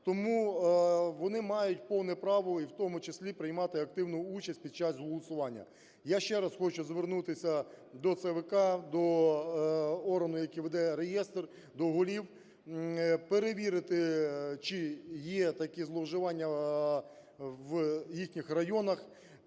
Тому вони мають повне право і в тому числі приймати активну участь під час голосування. Я ще раз хочу звернутися до ЦВК, до органу, який веде реєстр, до голів, перевірити, чи є такі зловживання в їхніх районах.